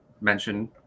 mention